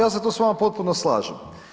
Ja se tu s vama potpuno slažem.